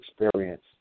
experience